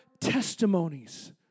testimonies